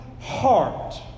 heart